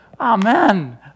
Amen